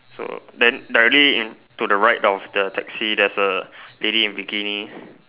so then directly to the right of the taxi there's a lady in bikini